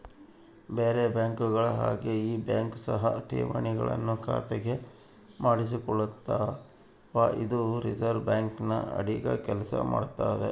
ಬೇರೆ ಬ್ಯಾಂಕುಗಳ ಹಾಗೆ ಈ ಬ್ಯಾಂಕ್ ಸಹ ಠೇವಣಿಗಳನ್ನು ಖಾತೆಗೆ ಮಾಡಿಸಿಕೊಳ್ತಾವ ಇದು ರಿಸೆರ್ವೆ ಬ್ಯಾಂಕಿನ ಅಡಿಗ ಕೆಲ್ಸ ಮಾಡ್ತದೆ